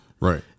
right